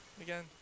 again